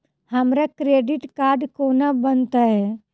हमरा credit card कोना बनतै?